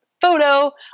photo